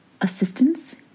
assistance